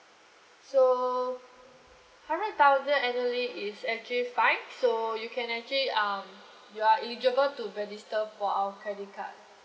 so hundred thousand annually is actually fine so you can actually um you are eligible to register for our credit card